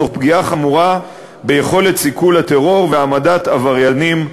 תוך פגיעה חמורה ביכולת סיכול טרור והעמדת עבריינים לדין.